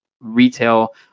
retail